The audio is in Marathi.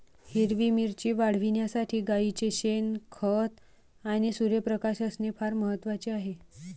हिरवी मिरची वाढविण्यासाठी गाईचे शेण, खत आणि सूर्यप्रकाश असणे फार महत्वाचे आहे